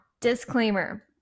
disclaimer